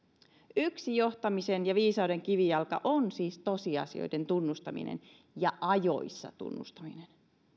yksi johtamisen ja viisauden kivijalka on siis tosiasioiden tunnustaminen ja ajoissa tunnustaminen